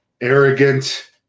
arrogant